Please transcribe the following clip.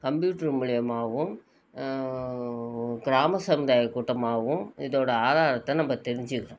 computer மூலிமாவும் கிராம சமூதாய கூட்டமாகவும் இதோட ஆதாரத்தை நம்ம தெரிஞ்சிக்கலாம்